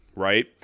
right